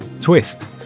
twist